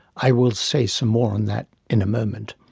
i will say some more on that in a moment.